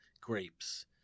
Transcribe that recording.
grapes